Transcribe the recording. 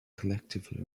collectively